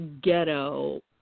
ghetto